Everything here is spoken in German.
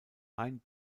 ein